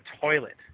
toilet